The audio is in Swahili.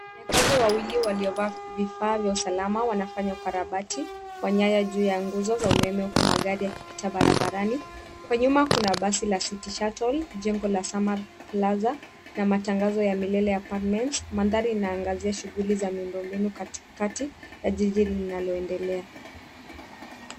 Wafanyakazi wawili waliovaa vifaa vya usalama wanafanya ukarabati wa nyaya juu ya nguoz za umeme huku magari yakipita barabarani. Kwa nyuma kuna basi la, City shuttle, jengo la sameer plaza, na matangazo ya milele ya, palmels. Mandhari inaangazia shughuli za miundombinu katikati ya jiji linaloendelea.